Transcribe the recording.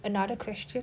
another question